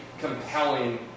compelling